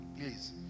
Please